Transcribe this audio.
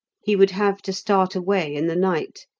he would have to start away in the night,